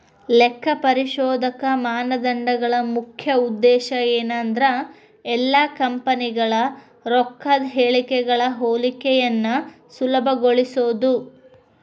ಲೆಕ್ಕಪರಿಶೋಧಕ ಮಾನದಂಡಗಳ ಮುಖ್ಯ ಉದ್ದೇಶ ಏನಂದ್ರ ಎಲ್ಲಾ ಕಂಪನಿಗಳ ರೊಕ್ಕದ್ ಹೇಳಿಕೆಗಳ ಹೋಲಿಕೆಯನ್ನ ಸುಲಭಗೊಳಿಸೊದು